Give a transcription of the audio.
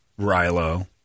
Rilo